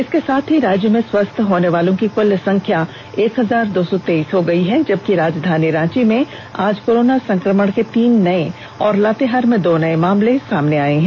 इसके साथ ही राज्य में स्वस्थ होनेवालों की कुल संख्या एक हजार दो सौ तेईस हो गयी है जबकि राजधानी रांची में आज कोरोना संकमण के तीन नये और लातेहार में दो नये मामले सामने आये हैं